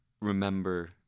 remember